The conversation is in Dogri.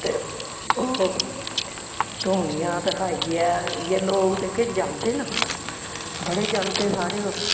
ते ओह् धूनियां धखाइये इ'यै लोग जेह्के जलदे न बडे़ जलदे साढ़ेओ 'र